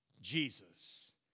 Jesus